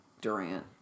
Durant